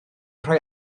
rhoi